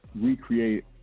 Recreate